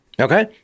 Okay